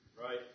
Right